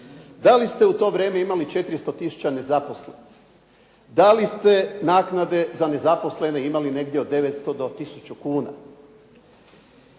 Da li ste u to vrijeme imali 400 tisuća nezaposlenih? Da li ste naknade za nezaposlene imali negdje od 900 do tisuću kuna?